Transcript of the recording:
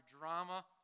drama